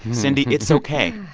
cindy, it's ok.